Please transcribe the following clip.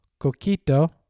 Coquito